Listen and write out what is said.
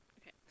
Okay